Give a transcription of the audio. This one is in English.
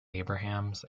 abrahams